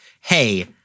hey